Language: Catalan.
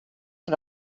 per